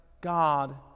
God